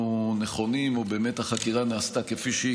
נכונים או באמת החקירה נעשתה כפי שהיא,